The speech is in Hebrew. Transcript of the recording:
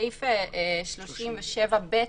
בסעיף 37(ב)